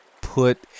put